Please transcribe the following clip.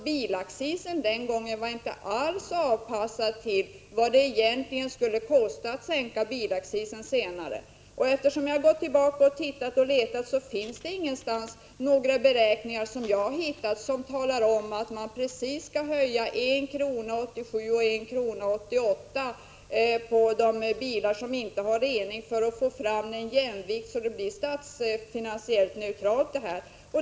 Bilaccishöjningen den gången var alltså inte alls avpassad till vad det egentligen skulle kosta att senare sänka bilaccisen för avgasrenade bilar. Jag har, som jag sade, gått tillbaka till gamla handlingar och letat, men jag har inte någonstans kunnat finna några beräkningar som exakt visar att man måste höja accisen med 1 kr. 1987 och 1 kr. 1988 för de bilar som inte har avgasrening för att få fram en jämvikt så att det blir statsfinansiellt neutralt.